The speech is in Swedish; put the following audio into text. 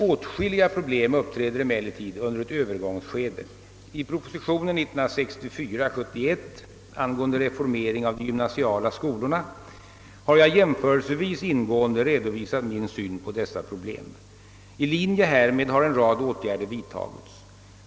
Åtskilliga problem uppträder emel lertid under ett övergångsskede. I propositionen 1964: 171 angående reformering av de gymnasiala skolorna m.m. har jag jämförelsevis ingående redovisat min syn på dessa problem. I linje härmed har en rad åtgärder vidtagits.